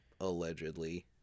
Allegedly